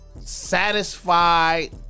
satisfied